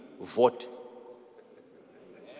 vote